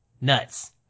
nuts